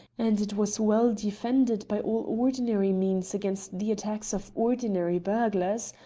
and it was well defended by ordinary means against the attacks of ordinary burglars.